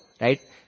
right